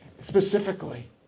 specifically